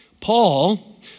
Paul